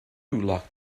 locked